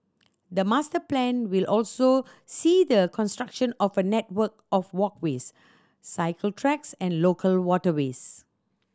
the master plan will also see the construction of a network of walkways cycle tracks and local waterways